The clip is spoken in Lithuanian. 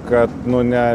kad nu ne